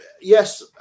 yes